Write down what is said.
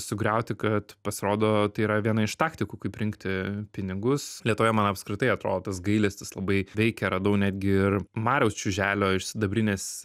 sugriauti kad pasirodo tai yra viena iš taktikų kaip rinkti pinigus lietuvoje man apskritai atrodo tas gailestis labai veikia radau netgi ir mariaus čiuželio iš sidabrinės